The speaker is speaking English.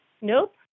Nope